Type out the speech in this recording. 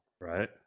right